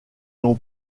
l’on